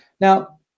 Now